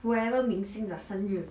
whoever 明星的生日